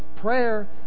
prayer